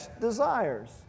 desires